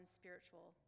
spiritual